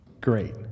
Great